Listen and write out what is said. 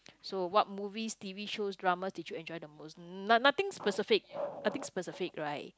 so what movies t_v shows dramas did you enjoy the most no~ nothing specific nothing specific right